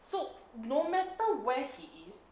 so no matter where he is